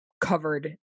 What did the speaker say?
covered